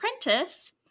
apprentice